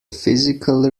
physical